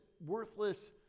worthless